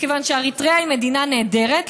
מכיוון שאריתריאה היא מדינה נהדרת,